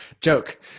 joke